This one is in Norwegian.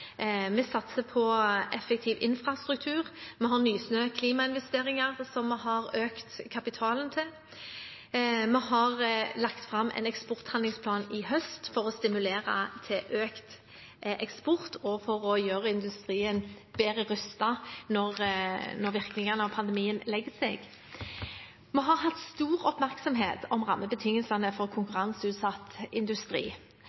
Vi satser på effektiv infrastruktur. Vi har Nysnø Klimainvesteringer, som vi har økt kapitalen til. Vi har lagt fram en eksporthandlingsplan i høst for å stimulere til økt eksport og for å gjøre industrien bedre rustet når virkningene av pandemien legger seg. Vi har hatt stor oppmerksomhet om rammebetingelsene for